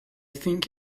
think